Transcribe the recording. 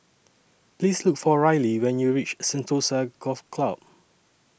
Please Look For Riley when YOU REACH Sentosa Golf Club